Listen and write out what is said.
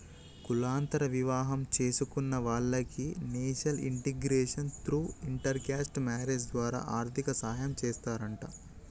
కులాంతర వివాహం చేసుకున్న వాలకి national integration through inter caste marriage ద్వారా ఆర్థిక సాయం చేస్తారంట